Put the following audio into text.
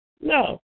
No